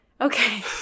Okay